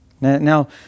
Now